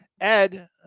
Ed